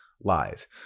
lies